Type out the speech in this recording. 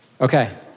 Okay